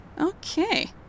Okay